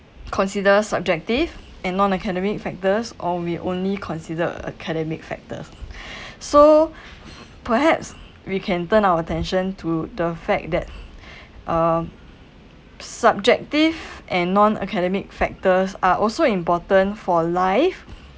consider subjective and non-academic factors or we only considered academic factors so perhaps we can turn our attention to the fact that uh subjective and non-academic factors are also important for life